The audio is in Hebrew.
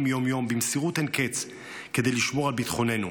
יום-יום במסירות אין קץ כדי לשמור על ביטחוננו.